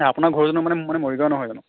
আপোনাৰ ঘৰো জানো মানে মানে মৰিগাঁও নহয় জানো